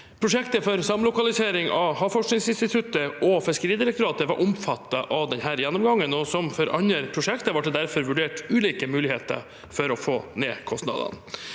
Prosjektet for samlokalisering av Havforskningsinstituttet og Fiskeridirektoratet var omfattet av denne gjennomgangen. Som for andre prosjekter ble det derfor vurdert ulike muligheter for å få ned kostnadene.